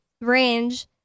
range